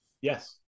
Yes